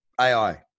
AI